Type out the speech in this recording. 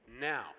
Now